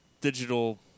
digital